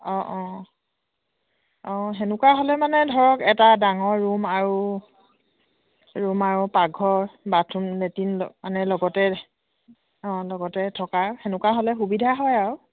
অঁ অঁ অঁ তেনেকুৱা হ'লে মানে ধৰক এটা ডাঙৰ ৰুম আৰু ৰুম আৰু পাকঘৰ বাথৰুম লেট্ৰিন মানে লগতে অঁ লগতে থকা তেনেকুৱা হ'লে সুবিধা হয় আৰু